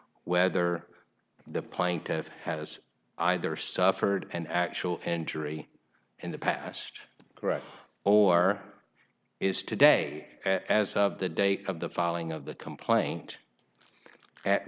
whether the plaintiff has either suffered an actual injury in the past correct or is today as of the day of the filing of the complaint at